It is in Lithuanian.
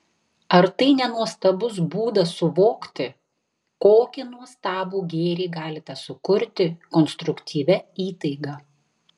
ar tai ne nuostabus būdas suvokti kokį nuostabų gėrį galite sukurti konstruktyvia įtaiga